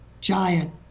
giant